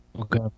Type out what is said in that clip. Okay